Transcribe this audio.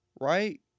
Right